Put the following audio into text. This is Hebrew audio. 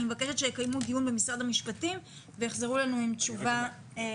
אני מבקשת שיקיימו דיון במשרד המשפטים ויחזרו אלינו עם תשובה.